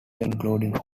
including